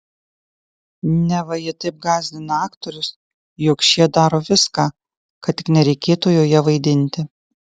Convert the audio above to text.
neva ji taip gąsdina aktorius jog šie daro viską kad tik nereikėtų joje vaidinti